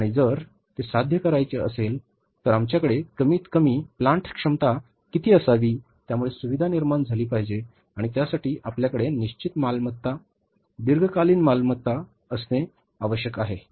आणि जर ते साध्य करावयाचे असेल तर आमच्याकडे कमीतकमी प्लांट क्षमता किती असावी त्यामुळे सुविधा निर्माण झाली पाहिजे आणि त्यासाठी आपल्याकडे निश्चित मालमत्ता दीर्घकालीन मालमत्ता असणे आवश्यक आहे